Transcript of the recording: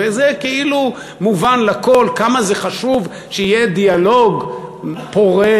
וזה כאילו מובן לכול כמה זה חשוב שיהיה דיאלוג פורה,